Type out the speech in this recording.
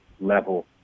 level